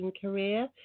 career